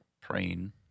praying